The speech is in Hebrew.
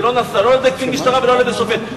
זה לא נעשה לא על-ידי קצין משטרה ולא על-ידי שופט.